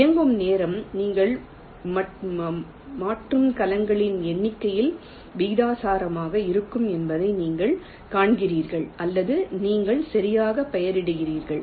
இயங்கும் நேரம் நீங்கள் மாற்றும் கலங்களின் எண்ணிக்கையில் விகிதாசாரமாக இருக்கும் என்பதை நீங்கள் காண்கிறீர்கள் அல்லது நீங்கள் சரியான பெயரிடுகிறீர்கள்